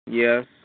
Yes